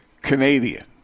Canadian